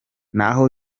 naho